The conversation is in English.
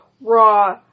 raw